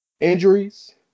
injuries